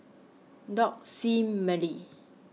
Doug Sie and Merri